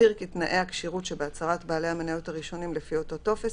יצהיר כי תנאי הכשירות שבהצהרת בעלי המניות הראשונים לפי אותו טופס